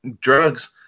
drugs